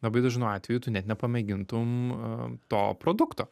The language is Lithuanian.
labai dažnu atveju tu net nepamėgintum to produkto